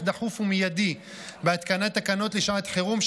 דחוף ומיידי בהתקנת תקנות לשעת חירום,